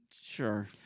Sure